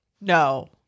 No